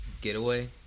Getaway